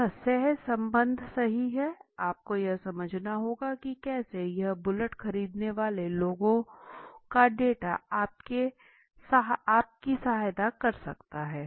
यह सहसंबंध सही है आपको यह समझना होगा कि कैसे यह बुलेट खरीदने वाले लोगों का डाटा आपके सहायक हो सकता है